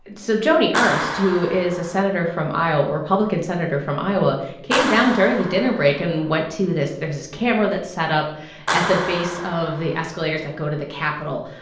so joni ernst, who is a senator from iowa republican senator from iowa, came down during the dinner break and went to this there's this camera that's set up at the base of the escalators that go to the capitol.